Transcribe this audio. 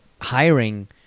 hiring